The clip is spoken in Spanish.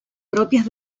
propias